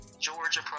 Georgia